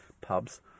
Pubs